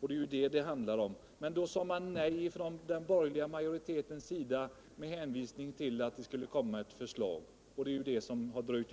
Det är det som frågan gäller. Men då sade den borgerliga majoriteten nej med hänvisning till att det skulle komma ett förslag. Detta har emellertid dröjt.